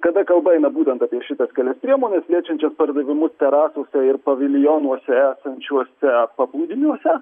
kada kalba eina būtent apie šitas kelias priemones liečiančias pardavimus terasose ir paviljonuose esančiuose paplūdimiuose